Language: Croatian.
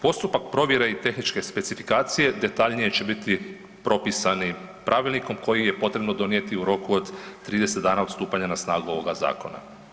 Postupak provjere i tehničke specifikacije detaljnije će biti propisani pravilnikom koji je potrebno donijeti u roku od 30 dana od stupanja na snagu ovoga zakona.